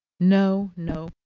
no, no.